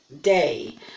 day